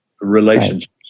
relationships